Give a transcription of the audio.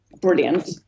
brilliant